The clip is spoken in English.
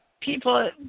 people